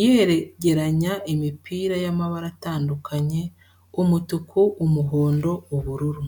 yegeranya imipira y’amabara atandukanye umutuku, umuhondo, ubururu.